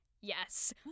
yes